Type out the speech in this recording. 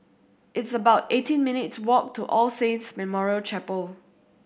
it's about eighteen minutes' walk to All Saints Memorial Chapel